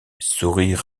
sourire